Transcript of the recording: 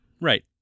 right